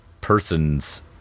persons